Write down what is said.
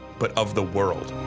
but of the world.